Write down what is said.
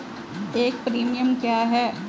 एक प्रीमियम क्या है?